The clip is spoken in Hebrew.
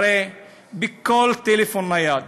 הרי בכל טלפון נייד